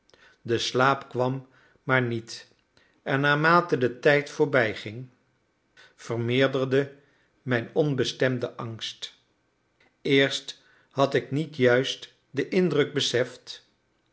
de slaap kwam maar niet en naarmate de tijd voorbijging vermeerderde mijn onbestemde angst eerst had ik niet juist den indruk beseft